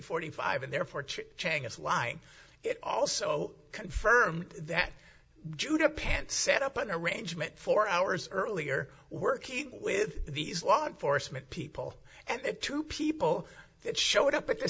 forty five and therefore chief chang is lying it also confirmed that judo pants set up an arrangement four hours earlier working with these law enforcement people and two people that showed up at the